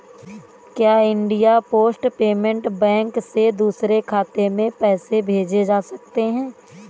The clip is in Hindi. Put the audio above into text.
क्या इंडिया पोस्ट पेमेंट बैंक से दूसरे खाते में पैसे भेजे जा सकते हैं?